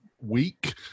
week